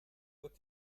wird